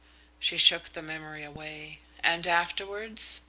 she shook the memory away. and afterwards?